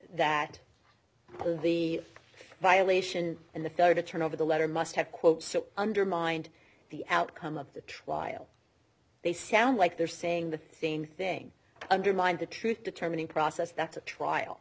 that the violation and the ferry to turn over the letter must have quote undermined the outcome of the trial they sound like they're saying the same thing undermined the truth determining process that